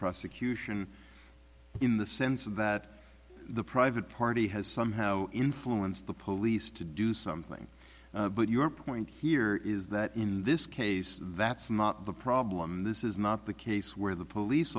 prosecution in the sense that the private party has somehow influenced the police to do something but your point here is that in this case that's not the problem this is not the case where the police